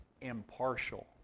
impartial